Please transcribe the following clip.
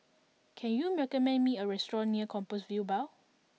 can you recommend me a restaurant near Compassvale Bow